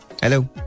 Hello